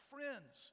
Friends